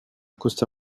costa